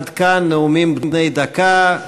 עד כאן נאומים בני דקה.